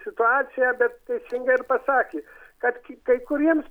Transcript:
situaciją bet teisingai ir pasakė kad kai kuriems